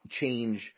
change